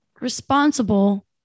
responsible